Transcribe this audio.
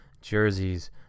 jerseys